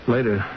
Later